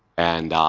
and,